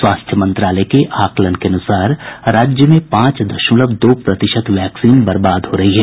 स्वास्थ्य मंत्रालय के आकलन के अनुसार राज्य में पांच दशमलव दो प्रतिशत वैक्सीन बर्बाद हो रही है